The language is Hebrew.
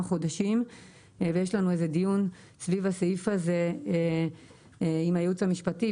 חודשים ויש לנו איזה דיון סביב הסעיף הזה עם היעוץ המשפטי,